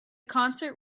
concert